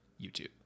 YouTube